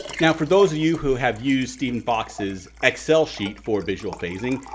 now for those of you who have used steven fox's excel sheet for visual phasing,